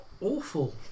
awful